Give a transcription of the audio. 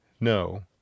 No